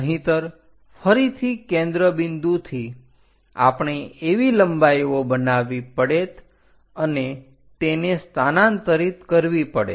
નહીંતર ફરીથી કેન્દ્ર બિંદુથી આપણે એવી લંબાઈઓ બનાવવી પડેત અને તેને સ્થાનાંતરિત કરવી પડત